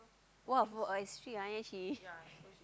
!wah! for a she